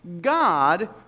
God